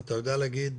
אתה יודע להגיד